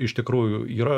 iš tikrųjų yra